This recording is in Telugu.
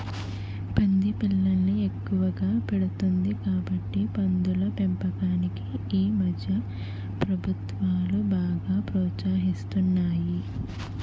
పంది పిల్లల్ని ఎక్కువగా పెడుతుంది కాబట్టి పందుల పెంపకాన్ని ఈమధ్య ప్రభుత్వాలు బాగా ప్రోత్సహిస్తున్నాయి